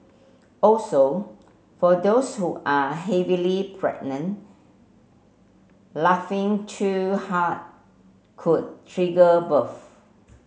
also for those who are heavily pregnant laughing too hard could trigger birth